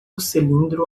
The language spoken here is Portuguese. cilindro